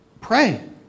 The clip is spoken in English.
pray